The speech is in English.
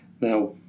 now